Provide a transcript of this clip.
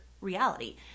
reality